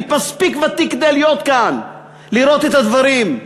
אני מספיק ותיק כדי להיות כאן, לראות את הדברים.